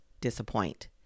disappoint